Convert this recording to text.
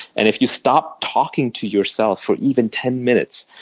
and if you stop talking to yourself for even ten minutes,